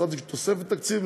תוספת תקציב,